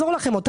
מאיפה.